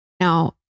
Now